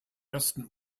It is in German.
ersten